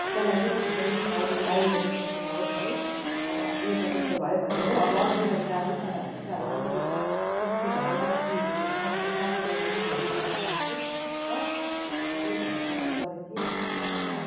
जनाइदिइराखेको नि अबदेखि आइन्दा त्यस्तो नहोस् है अब यो त त्यस्तै भयो भयो हो अब अरु बिमारी लाँदा पनि तपाईँहरूले चाहिँ अब अलिकति सेफ्टी भएर अलिकति सरसफाइमा चाहिँ ध्यान गर्ने गर्नुहोस् है ल त्यही भन्नुको लागि गरेको थिए है हुन्छ